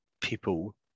people